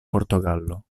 portogallo